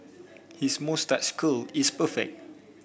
his moustache curl is perfect